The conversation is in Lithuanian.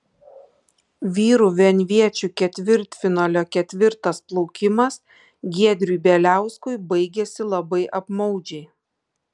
vyrų vienviečių ketvirtfinalio ketvirtas plaukimas giedriui bieliauskui baigėsi labai apmaudžiai